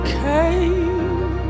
came